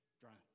drunk